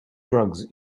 drugs